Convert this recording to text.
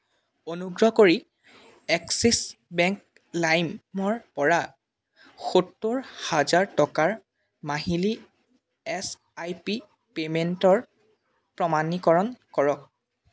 অনুগ্ৰহ কৰি Axis bank লাইমৰপৰা সত্তৰ হাজাৰ টকাৰ মাহিলী এছ আই পি পে'মেণ্টৰ প্ৰমাণীকৰণ কৰক